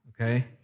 okay